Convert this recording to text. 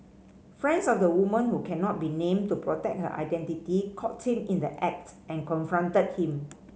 friends of the woman who cannot be named to protect her identity caught him in the act and confronted him